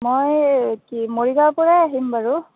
মই কি মৰিগাঁৱৰ পৰাই আহিম বাৰু